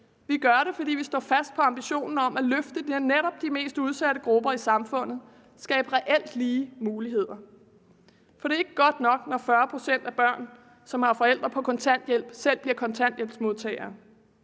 Vi gør det, fordi vi står fast på ambitionen om at løfte netop de mest udsatte grupper i samfundet og skabe reelt lige muligheder, for det er ikke godt nok, når 40 pct. af de børn, som har forældre på kontanthjælp, selv bliver kontanthjælpsmodtagere.